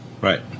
Right